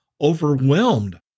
overwhelmed